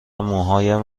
موهایم